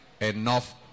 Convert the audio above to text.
enough